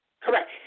Correct